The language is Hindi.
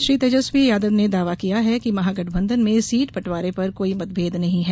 श्री तेजस्वी यादव ने दावा किया कि महागठबंधन में सीट बंटवारे पर कोई मतभेद नहीं है